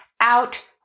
out